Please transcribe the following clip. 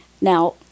Now